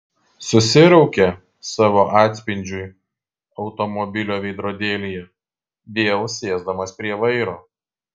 susiraukė savo atspindžiui automobilio veidrodėlyje vėl sėsdamas prie vairo